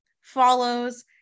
follows